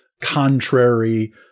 contrary